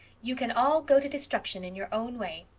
you can all go to destruction in your own way.